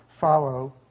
follow